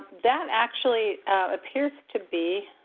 that actually appears to be